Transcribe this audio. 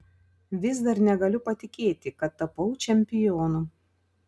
vis dar negaliu patikėti kad tapau čempionu